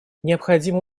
необходимо